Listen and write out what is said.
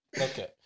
Okay